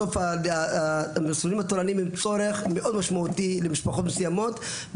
בסוף המסלולים התורניים הם צורך מאוד משמעותי למשפחות מסוימות.